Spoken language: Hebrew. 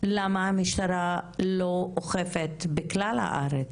למה המשטרה לא אוכפת בכלל הארץ?